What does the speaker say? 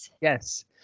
Yes